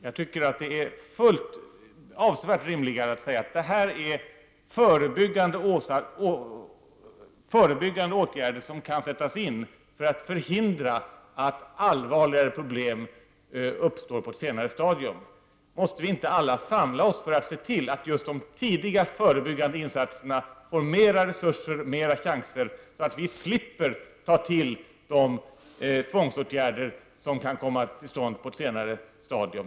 Jag tycker att det är avsevärt rimligare att kalla detta för förebyggande åtgärder, som kan sättas in för att förhindra att allvarligare problem uppstår på ett senare stadium. Måste vi inte alla samla oss för att se till att just de tidiga och förebyggande insatserna får mer resurser, så att vi slipper ta till de tvångsåtgärder som kan komma till stånd på ett senare stadium?